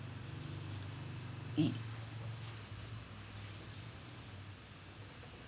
it